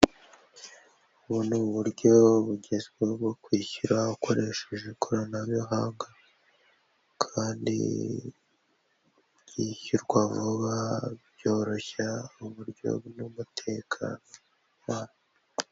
Ubu ni uburyo bugezweho bwo kwishyura hakoresheje ikoranabuhanga. Kandi byishyurwa vuba byoroshya uburyo bw' umutekano wawe.